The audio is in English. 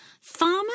Farmer